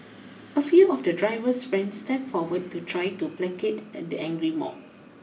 a few of the driver's friends stepped forward to try to placate at the angry mob